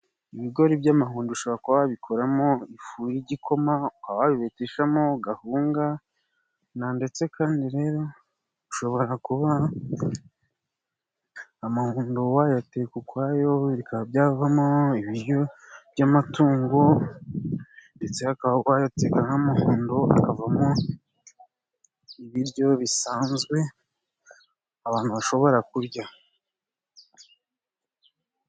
Ibigori by'amahundo ushobora kuba wabikoramo ifu y'igikoma, ukaba wabeteshamo gahunga ,na ndetse kandi rero ushobora kuba amahundo wayateka ukwayo bikaba byavamo ibiryo by'amatungo, ndetse ukaba wayateka nk'amahundo akavamo ibiryo bisanzwe abantu bashobora kurya.